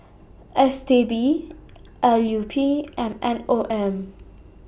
S T B L U P and M O M